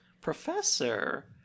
Professor